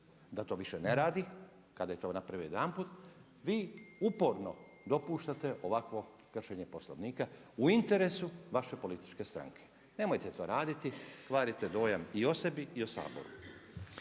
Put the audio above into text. da to više ne radi, kada je to napravio jedanput, vi uporno dopuštate ovakvo kršenje Poslovnika u interesu vaše političke stranke. Nemojte to raditi, kvarite dojam i o sebi i o Saboru.